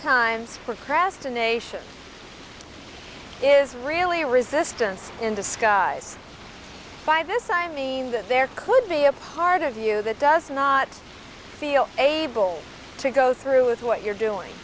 sometimes procrastination is really a resistance in disguise by this i mean that there could be a part of you that does not feel able to go through with what you're doing